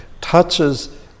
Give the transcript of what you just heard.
touches